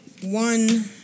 one